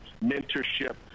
mentorship